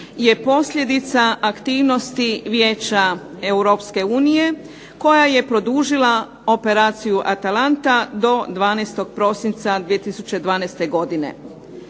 je posljedica aktivnosti Vijeća Europske unije koja je produžila operaciju "ATALANTA" do 12. prosinca 2012. godine.